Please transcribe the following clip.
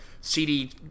CD